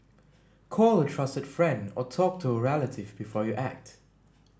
call a trusted friend or talk to a relative before you act